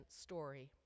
story